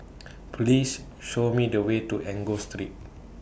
Please Show Me The Way to Enggor Street